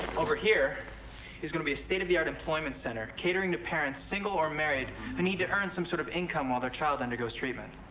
over here is gonna be a state-of-the-art employment center. catering to parents, single or married, who ah need to earn some sort of income. while their child undergoes treatment.